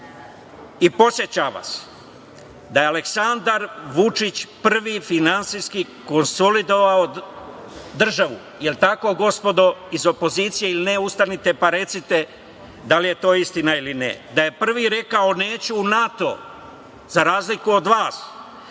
vas da je Aleksandar Vučić prvi finansijski konsolidovao državu. Jel tako, gospodo iz opozicije, ili ne, ustanite pa recite da li je to istina ili ne. On je prvi rekao - neću u NATO, za razliku od vas.